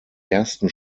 ersten